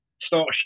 start